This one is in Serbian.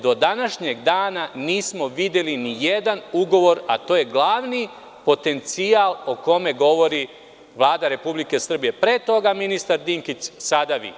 Do današnjeg dana nismo videli nijedan ugovor, a to je glavni potencijal o kome govori Vlada Republike Srbije, pre toga ministar Dinkić, a sada vi.